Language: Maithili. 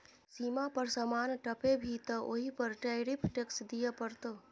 सीमा पर समान टपेभी तँ ओहि पर टैरिफ टैक्स दिअ पड़तौ